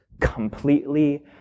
completely